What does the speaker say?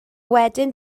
wedyn